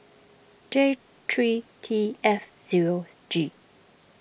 J three T F zero G